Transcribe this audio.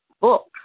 Book